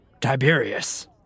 Tiberius